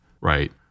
right